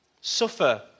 suffer